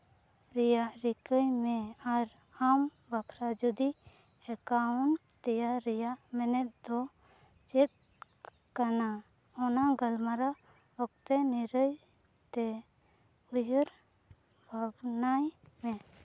ᱨᱮᱭᱟᱜ ᱨᱤᱠᱟᱹᱭ ᱢᱮ ᱟᱨ ᱟᱢ ᱵᱟᱠᱷᱨᱟ ᱡᱩᱫᱤ ᱮᱠᱟᱣᱩᱱᱴ ᱛᱮᱭᱟᱨ ᱨᱮᱭᱟᱜ ᱢᱮᱱᱮᱛ ᱫᱚ ᱪᱮᱫ ᱠᱟᱱᱟ ᱚᱱᱟ ᱜᱟᱞᱢᱟᱨᱟᱣ ᱚᱠᱛᱮ ᱱᱤᱨᱟᱹᱭ ᱛᱮ ᱩᱭᱦᱟᱹᱨ ᱵᱷᱟᱵᱽᱱᱟᱭ ᱢᱮ